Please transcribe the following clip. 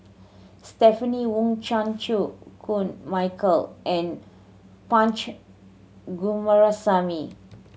Stephanie Wong Chan Chew Koon Michael and Punch Coomaraswamy